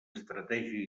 estratègia